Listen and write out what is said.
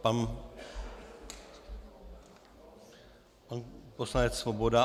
Pan poslanec Svoboda.